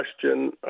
question